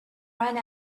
run